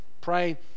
pray